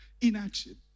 Inaction